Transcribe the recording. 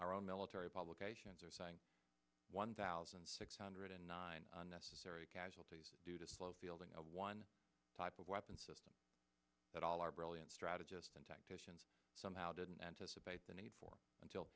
our own military publications are saying one thousand six hundred and nine unnecessary casualties due to slow fielding of one type of weapon system that all our brilliant strategist and tactician somehow didn't anticipate the need for until